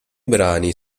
brani